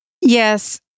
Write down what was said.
Yes